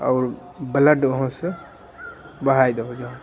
और ब्लड वहाँ से बहाय दहो